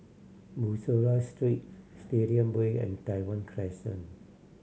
Bussorah Street Stadium Way and Tai Hwan Crescent